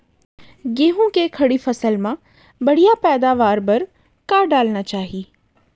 गेहूँ के खड़ी फसल मा बढ़िया पैदावार बर का डालना चाही?